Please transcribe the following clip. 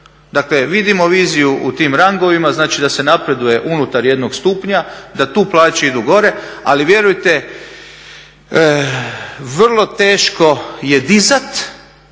Dakle, vidimo viziju u tim rangovima, znači da se napreduje unutar jednog stupnja, da tu plaće idu gore. Ali vjerujte vrlo teško je dizat,